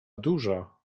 duża